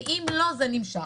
ואם לא זה נמשך?